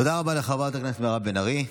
תודה רבה לחברת הכנסת מירב בן ארי.